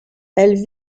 elle